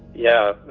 yeah,